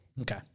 Okay